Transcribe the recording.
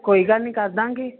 ਕੋਈ ਗੱਲ ਨਹੀਂ ਕਰ ਦਾਂਗੇ